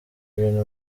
ibintu